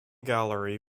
gallery